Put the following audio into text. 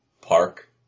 park